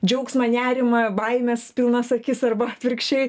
džiaugsmą nerimą baimės pilnas akis arba atvirkščiai